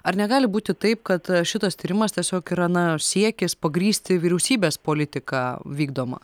ar negali būti taip kad šitas tyrimas tiesiog yra na siekis pagrįsti vyriausybės politiką vykdomą